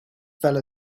fell